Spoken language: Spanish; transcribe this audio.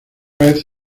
vez